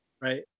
right